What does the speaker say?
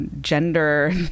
gender